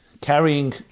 carrying